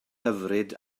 hyfryd